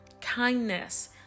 kindness